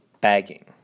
bagging